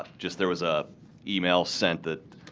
um just there was a email sent that